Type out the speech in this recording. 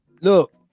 Look